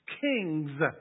Kings